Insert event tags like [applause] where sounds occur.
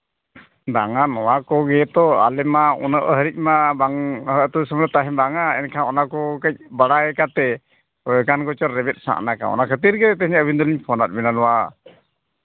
ᱵᱟᱝᱟ ᱱᱚᱣᱟ ᱠᱚᱜᱮ ᱛᱚ ᱟᱞᱮ ᱢᱟ ᱩᱱᱟᱹᱜ ᱦᱟᱹᱨᱤᱡ ᱢᱟ ᱵᱟᱝ ᱟᱹᱛᱩ ᱥᱚᱸᱜᱮ ᱛᱟᱦᱮᱱ ᱵᱟᱝᱟ ᱚᱱᱟᱠᱚ ᱠᱟᱹᱡ ᱵᱟᱲᱟᱭ ᱠᱟᱛᱮᱫ [unintelligible] ᱚᱱᱟ ᱠᱷᱟᱹᱛᱤᱨᱜᱮ ᱛᱮᱦᱮᱧ ᱟᱹᱵᱤᱱ ᱫᱚᱞᱤᱧ ᱯᱷᱳᱱᱟᱜ ᱵᱮᱱᱟ ᱱᱚᱣᱟ